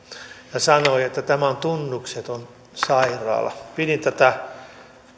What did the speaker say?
ja sanoi että tämä on tunnukseton sairaala pidin tätä